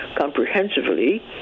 comprehensively